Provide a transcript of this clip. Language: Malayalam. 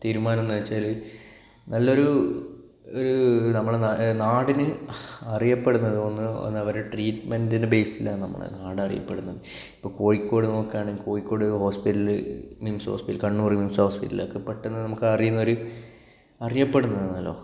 തീരുമാനം എന്ന് വെച്ചാല് നല്ലൊരു ഒരു നമ്മുടെ നാടിന് അറിയപ്പെടുന്നത് വന്നു അവരുടെ ട്രീറ്റ്മെൻറിന്റെ ബേസിലാണ് നമ്മുടെ നാട് അറിയപ്പെടുന്നത് ഇപ്പോൾ കോഴിക്കോട് നോക്കുകയാണെങ്കില് കോഴിക്കോട് ഹോസ്പിറ്റല് കണ്ണൂര് മിംസ് ഹോസ്പിറ്റല് ഒക്കെ പെട്ടെന്ന് നമുക്ക് അറിയുന്ന ഒരു അറിയപ്പെടുന്നതാണല്ലോ